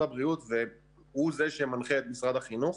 הבריאות והוא זה שמנחה את משרד החינוך.